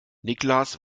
niklas